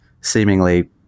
seemingly